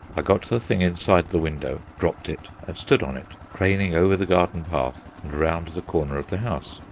i got the thing inside the window, dropped it, and stood on it, craning over the garden path and round the corner of the house.